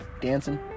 dancing